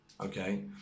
Okay